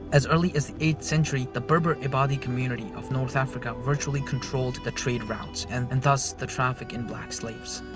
as early as the eighth century, the berber ibadi community of north africa virtually controlled the trade routes, and and thus the traffic in black slaves.